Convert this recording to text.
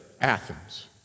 Athens